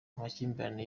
amakimbirane